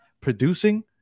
producing